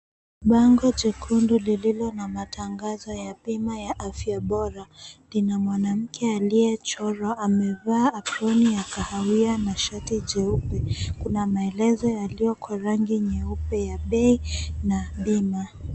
Bango jekundu lililo na matangazo ya bima ya afya bora lina mwanamke aliyechorwa amevaa aproni ya kahawia na shati jeupe. Kuna maelezo yaliyo kwa rangi nyeupe ya bei na bima.